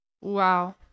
Wow